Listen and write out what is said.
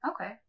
Okay